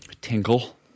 Tinkle